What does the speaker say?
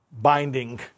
binding